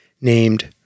named